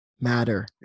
matter